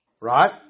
Right